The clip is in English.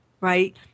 right